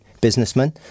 businessman